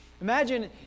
Imagine